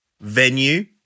venue